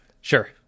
Sure